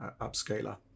upscaler